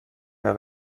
mehr